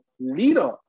leader